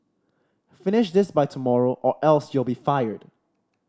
finish this by tomorrow or else you'll be fired